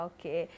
Okay